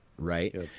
right